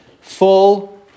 full